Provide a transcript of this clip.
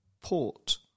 port